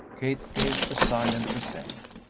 kate gave a silent assent.